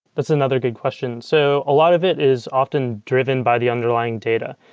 it's another good question. so a lot of it is often driven by the underlying data.